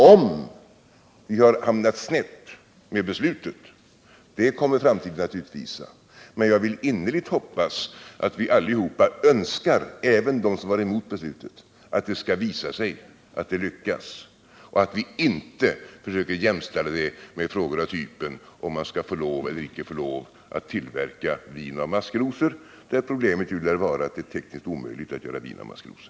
Om vi hamnat snett med besluten, det kommer framtiden att utvisa. Men jag vill innerligt hoppas att vi allihopa — även de som var emot besluten — önskar att det skall visa sig att vi lyckas. Och jag tycker att vi inte skall försöka jämställa den här frågan med frågor av typen om man skall få lov eller inte att tillverka maskrosvin, där problemet ju lär vara att det är tekniskt omöjligt att göra vin av maskrosor.